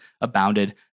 abounded